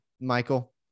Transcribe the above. Michael